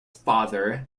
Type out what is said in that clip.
father